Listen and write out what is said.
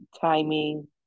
timing